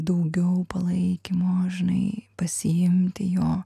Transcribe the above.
daugiau palaikymo žinai pasiimti jo